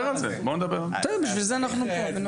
בשביל זה אנחנו פה.